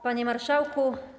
Panie Marszałku!